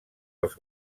els